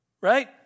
right